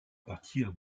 partir